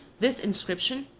this inscription,